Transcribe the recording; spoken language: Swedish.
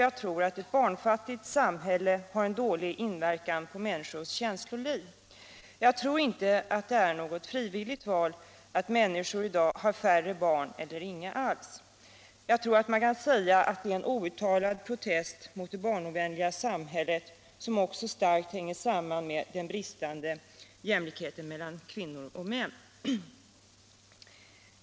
Jag tror att ett barnfattigt samhälle har en dålig inverkan på människors känsloliv. Jag tror inte att det är något frivilligt val att människor i dag har färre barn eller inga alls. Det är nog en outtalad protest mot det barnovänliga samhället, som också starkt hänger samman med den bristande jämlikheten mellan kvinnor och män.